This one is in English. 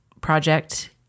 project